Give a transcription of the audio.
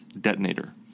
detonator